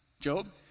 Job